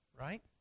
Right